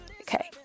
okay